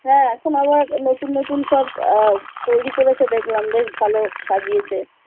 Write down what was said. হ্যাঁ এখন আবার নতুন নতুন সব তৈরি করেছে দেখলাম বেশ ভালো সাজিয়েছে